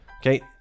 Okay